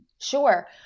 Sure